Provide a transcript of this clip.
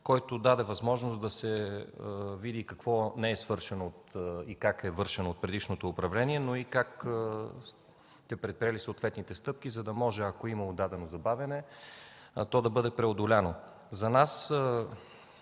който даде възможност да се види какво не е свършено и как е вършено от предишното управление, но и как сте предприели съответните стъпки, за да може, ако е имало дадено забавяне, то да бъде преодоляно.